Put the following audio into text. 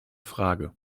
frage